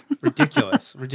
Ridiculous